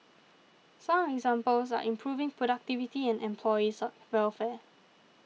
some examples are improving productivity and employees welfare